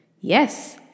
Yes